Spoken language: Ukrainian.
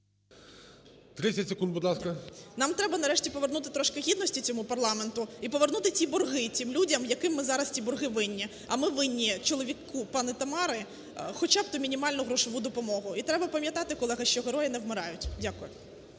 Нам треба нарешті повернути трошки гідності цьому парламенту і повернути ці борги тим людям, яким ми зараз ці борги винні. А ми винні чоловіку пана Тамари хоча б то мінімальну грошову допомогу. І треба пам'ятати, колеги, що герої не вмирають. Дякую.